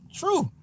true